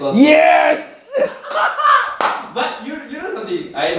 yes